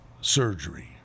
surgery